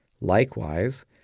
Likewise